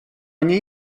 nie